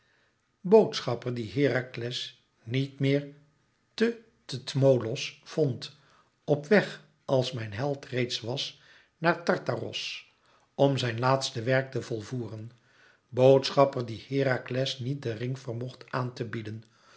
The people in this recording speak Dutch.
boodschapper die herakles niet meer te tmolos vond op weg als mijn held reeds was naar tartaros om zijn laatste werk te volvoeren boodschapper die herakles niet den ring vermocht aan te bieden